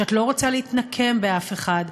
שאת לא רוצה להתנקם באף אחד,